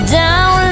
down